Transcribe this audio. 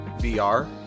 VR